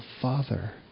father